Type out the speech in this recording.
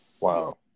Wow